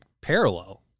parallel